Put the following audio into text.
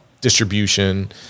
distribution